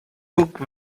book